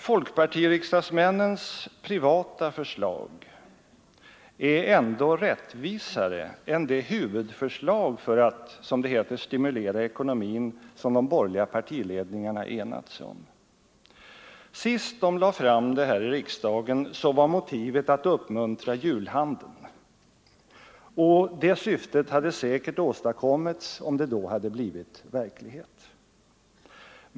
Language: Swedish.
Folkpartiriksdagsmännens privata förslag är ändå rättvisare än det huvudförslag för att ”stimulera ekonomin” som de borgerliga partiledningarna enat sig om. Senast de lade fram det förslaget här i riksdagen var motivet att uppmuntra julhandeln, och det syftet hade säkert åstadkommits om förslaget då blivit verklighet.